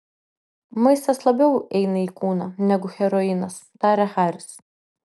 maistas labiau eina į kūną negu heroinas tarė haris